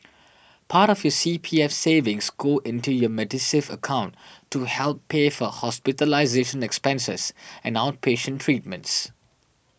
part of your C P F savings go into your Medisave account to help pay for hospitalization expenses and outpatient treatments